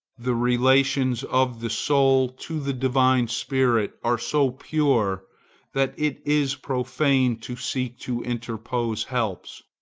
the relations of the soul to the divine spirit are so pure that it is profane to seek to interpose helps.